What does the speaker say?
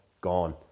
gone